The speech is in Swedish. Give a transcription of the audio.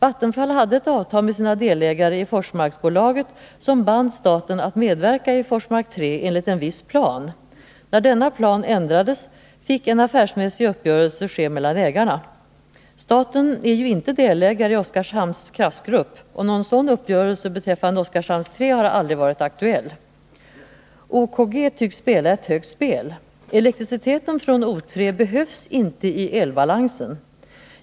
Vattenfall hade ett avtal med sina delägare i Forsmarksbolaget som band staten att medverka i Forsmark 3 enligt en viss plan. När denna plan ändrades fick en affärsmässig uppgörelse ske mellan ägarna. Staten är ju inte delägare i Oskarshamns Kraftgrupp, och någon sådan uppgörelse beträffande Oskarshamn 3 har aldrig varit aktuell. OKG tycks spela ett högt spel. Elektriciteten från Oskarshamn 3 behövs intei elbalansen.